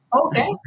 Okay